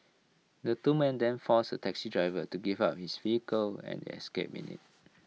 the two men then forced A taxi driver to give up his vehicle and escaped in IT